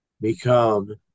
become